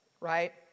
right